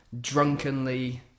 drunkenly